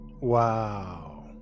wow